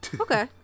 Okay